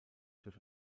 durch